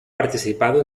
participado